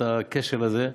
את הקשב הזה.